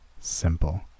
simple